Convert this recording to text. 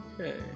Okay